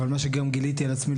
אבל מה שגם גיליתי על עצמי,